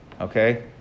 Okay